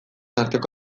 arteko